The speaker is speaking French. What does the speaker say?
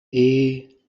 hey